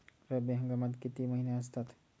रब्बी हंगामात किती महिने असतात?